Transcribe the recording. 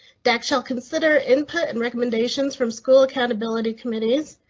that shall consider input and recommendations from school accountability committees.